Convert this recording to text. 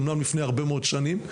אמנם לפני הרבה מאד שנים.